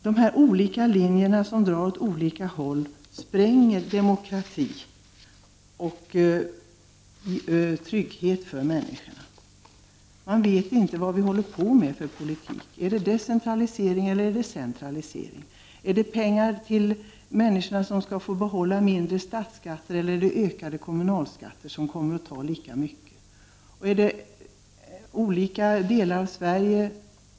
Dessa strävanden åt olika håll spränger demokratin och berövar människorna trygghet. Man vet inte vad det är för politik vi håller på med. Är det decentralisering eller centralisering, kommer ökade kommunalskatter att äta upp sänkningen av statsskatterna och kommer vissa delar av Sverige att bli rikare medan andra blir fattigare?